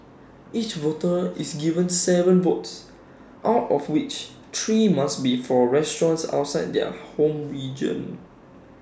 each voter is given Seven votes out of which three must be for restaurants outside their home region